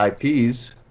IPs